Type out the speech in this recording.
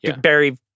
Barry